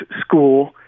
school